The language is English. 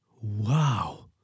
Wow